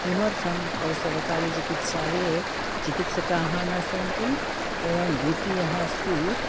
किमर्थं तत् सर्वकारीयचिकित्सालये चिकित्सकाः न सन्ति एवं द्वितीयः अस्ति